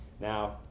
Now